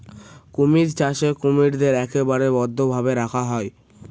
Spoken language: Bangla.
কুমির চাষে কুমিরদের একেবারে বদ্ধ ভাবে রাখা হয়